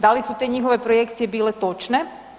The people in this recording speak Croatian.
Da li su te njihove projekcije bile točne?